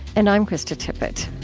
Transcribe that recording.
and i'm krista tippett